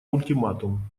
ультиматум